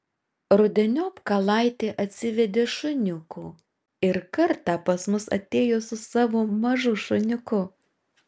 rudeniop kalaitė atsivedė šuniukų ir kartą pas mus atėjo su savo mažu šuniuku